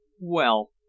Well